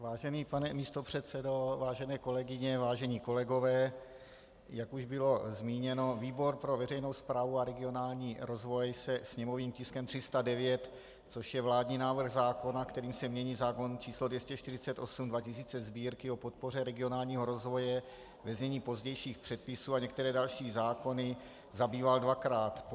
Vážený pane místopředsedo, vážené kolegyně, vážení kolegové, jak už bylo zmíněno, výbor pro veřejnou správu a regionální rozvoj se sněmovním tiskem 309, což je vládní návrh zákona, kterým se mění zákon č. 248/2000 Sb., o podpoře regionálního rozvoje, ve znění pozdějších předpisů, a některé další zákony, zabýval dvakrát.